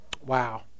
Wow